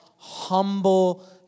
Humble